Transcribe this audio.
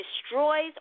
destroys